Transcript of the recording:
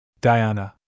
Diana